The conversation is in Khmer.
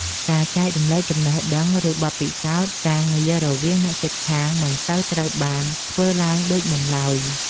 ការចែករំលែកចំណេះដឹង ឬបទពិសោធន៍ការងាររវាងអ្នកជិតខាងមិនសូវត្រូវបានធ្វើឡើងដូចមុនឡើយ។